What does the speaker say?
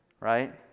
right